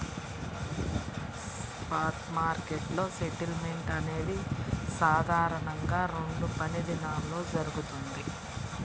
spot మార్కెట్లో settlement అనేది సాధారణంగా రెండు పనిదినాల్లో జరుగుతది,